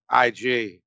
IG